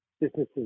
businesses